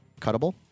cuttable